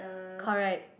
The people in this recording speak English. correct